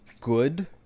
good